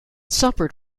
suffered